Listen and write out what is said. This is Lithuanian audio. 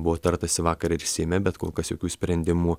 buvo tartasi vakar seime bet kol kas jokių sprendimų